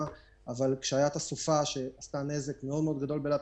אבל הסופה שעשתה נזק מאוד גדול באילת.